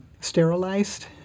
sterilized